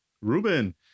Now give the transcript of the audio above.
Ruben